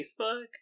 Facebook